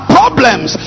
problems